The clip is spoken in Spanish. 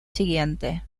siguiente